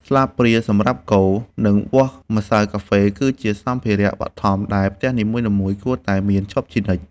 ស្លាបព្រាសម្រាប់កូរ និងវាស់ម្សៅកាហ្វេ គឺជាសម្ភារៈបឋមដែលផ្ទះនីមួយៗគួរតែមានជាប់ជានិច្ច។